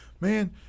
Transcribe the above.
man